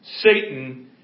Satan